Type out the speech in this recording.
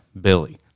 billy